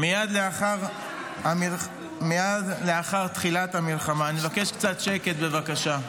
מייד לאחר תחילת המלחמה, אני מבקש קצת שקט, בבקשה,